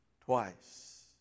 Twice